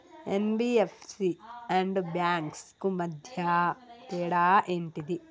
NBFC and banks కు మధ్య తేడా ఏంటిది?